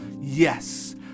Yes